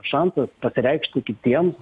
šansas pasireikšti kitiems